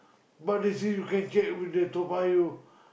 but they say you can check with the Toa-Payoh